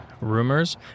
rumors